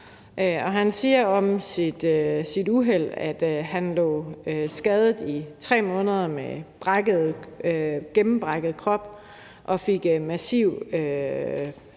han siger om sit uheld, at han lå skadet i 3 måneder med en radbrækket krop og fik massiv